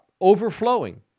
overflowing